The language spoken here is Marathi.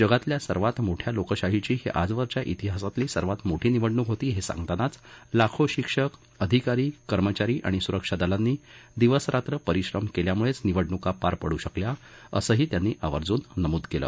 जगातल्या सर्वात मोठ्या लोकशाहीची ही आजवरच्या इतिहासातली सर्वात मोठी निवडणूक होती हे सांगतानाच लाखो शिक्षक अधिकारी कर्मचारी आणि स्रक्षा दलांनी दिवस रात्र परिश्रम केल्याम्ळेच निवडण्का पार पडू शकल्या असंही त्यांनी आवर्जून नमूद केलं